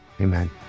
amen